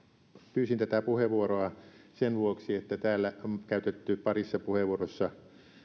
pyysin tätä puheenvuoroa sen vuoksi että täällä on esitetty parissa puheenvuorossa